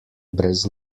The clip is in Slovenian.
brez